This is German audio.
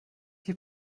die